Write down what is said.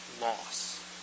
loss